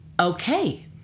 okay